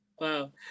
Wow